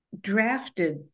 drafted